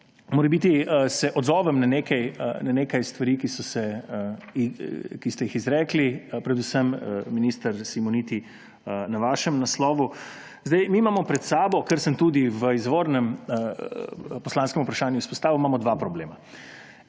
Naj se odzovem na nekaj stvari, ki ste jih izrekli, predvsem minister Simoniti na vašem naslovu. Pred sabo imamo – kar sem tudi v izvornem poslanskem vprašanju izpostavil – dva problema.